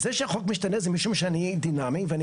זה שהחוק משתנה זה משום שאני דינאמי ואני